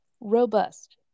robust